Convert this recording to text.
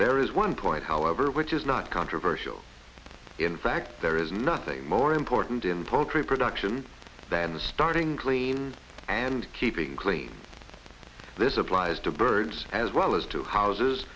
there is one point however which is not controversial in fact there is nothing more important in poultry production than the starting clean and keeping clean this applies to birds as well as to houses